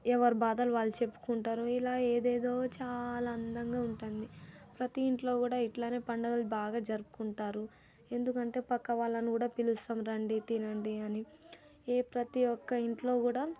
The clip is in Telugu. ఎవరి బాధలు వాళ్ళు చెప్పుకుంటారు ఇలా ఏదేదో చాలా అందంగా ఉంటుంది ప్రతీ ఇంట్లో కూడా ఇలానే పండగలు బాగా జరుపుకుంటారు ఎందుకంటే పక్కవాళ్ళని కూడా పిలుస్తాం రండి తినండి అని ఏ ప్రతి ఒక్క ఇంట్లో కూడా